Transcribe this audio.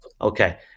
Okay